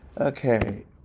Okay